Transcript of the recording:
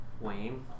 Wayne